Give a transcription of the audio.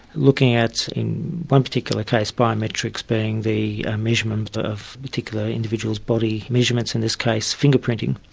looking at in one particular case, biometrics being the measurement of particular individuals' body measurements, in this case fingerprinting.